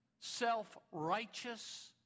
self-righteous